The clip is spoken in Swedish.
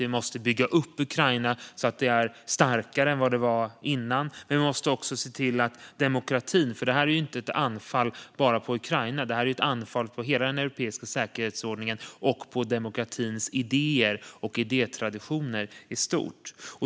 Vi måste bygga upp Ukraina så att det är starkare än vad det var innan. Det här är inte ett anfall bara på Ukraina utan på hela den europeiska säkerhetsordningen och på demokratins idéer och idétraditioner i stort.